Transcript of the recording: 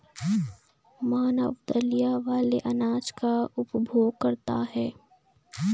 मानव दलिया वाले अनाज का उपभोग करता है